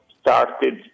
started